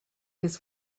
his